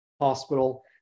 hospital